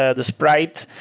ah the sprite,